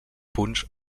punts